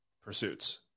pursuits